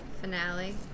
finale